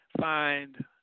find